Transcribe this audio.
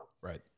right